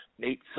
Nate